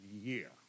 year